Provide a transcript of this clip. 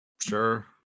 Sure